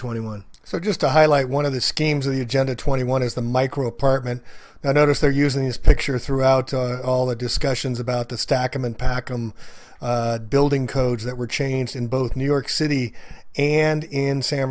twenty one so just to highlight one of the schemes of the agenda twenty one is the microapartment i notice they're using this picture throughout all the discussions about the stack and pack i'm building codes that were changed in both new york city and in san